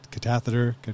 Catheter